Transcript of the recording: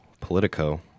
Politico